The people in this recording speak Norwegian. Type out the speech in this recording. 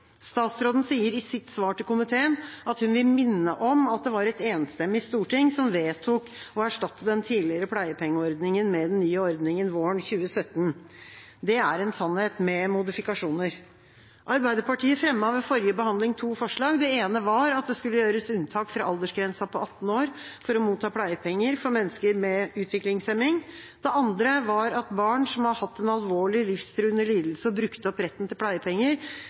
Statsråden sier i sitt svar til komiteen at hun vil minne om at det var et enstemmig storting som vedtok å erstatte den tidligere pleiepengeordningen med den nye ordningen våren 2017. Det er en sannhet med modifikasjoner. Arbeiderpartiet fremmet ved forrige behandling to forslag. Det ene var at det skulle gjøres unntak fra aldersgrensa på 18 år for å motta pleiepenger for mennesker med utviklingshemning. Det andre var at foreldre til barn som har hatt en alvorlig, livstruende lidelse og brukt opp retten til pleiepenger,